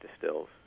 distills